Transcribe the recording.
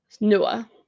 Noah